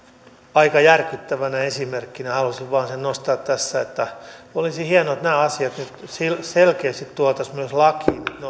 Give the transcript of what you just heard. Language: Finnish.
aika järkyttävänä esimerkkinä halusin vain sen nostaa tässä että olisi hienoa että nämä asiat nyt selkeästi tuotaisiin myös lakiin ne ovat